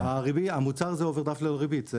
המוצר זה אוברדראפט ללא ריבית.